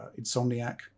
Insomniac